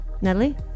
Natalie